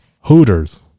Hooters